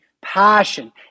passion